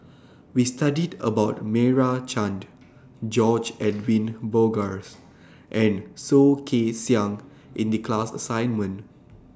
We studied about Meira Chand George Edwin Bogaars and Soh Kay Siang in The class assignment